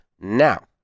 Now